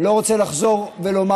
אני לא רוצה לחזור ולומר,